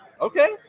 Okay